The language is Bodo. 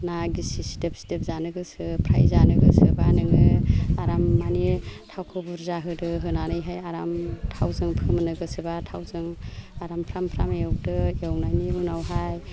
ना गिसि सिदोब सिदोब जानो गोसो फ्राइ जानो गोसोबा नोङो आराम मानि थावखौ बुरजा होदो होनानैहाय आराम थावजों फोमोननो गोसोबा थावजों आराम फ्राम फ्राम एवदो एवनायनि उनावहाय